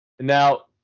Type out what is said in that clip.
Now